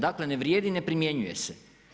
Dakle, ne vrijedi i ne primjenjuje se.